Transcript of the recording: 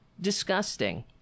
disgusting